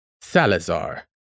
Salazar